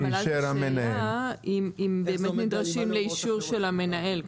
אבל אז השאלה אם באמת נדרשים לאישור של המנהל.